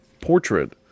portrait